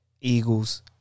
Eagles